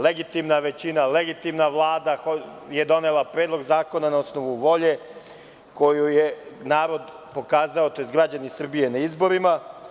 Legitimna većina, legitimna vlada je donela predlog zakona na osnovu volje koju je narod pokazao, tj. građani Srbije na izborima.